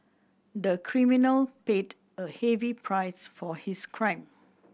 the criminal paid a heavy price for his crime